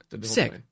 Sick